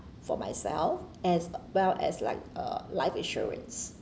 for myself as well as like uh life insurance